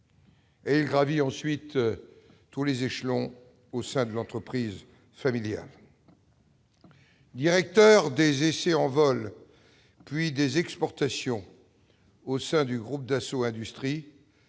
il gravit ensuite tous les échelons au sein de l'entreprise familiale. Directeur des essais en vol puis des exportations au sein du groupe Dassault Industries,